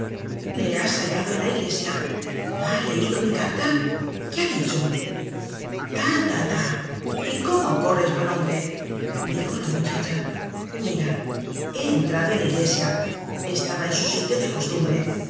le has hallado en la iglesia ha leido mi carta qué ha dicho í x f til y tíl y cómo corres buen hombre dijo la muchacha mira he entrado en la iglesia estaba en su sitio de costumbre